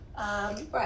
right